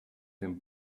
dem